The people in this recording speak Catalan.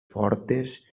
fortes